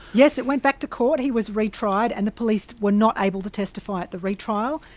yes, it went back to court. he was re-tried, and the police were not able to testify at the re-trial.